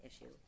issue